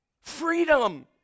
freedom